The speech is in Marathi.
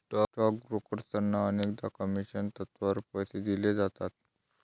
स्टॉक ब्रोकर्सना अनेकदा कमिशन तत्त्वावर पैसे दिले जातात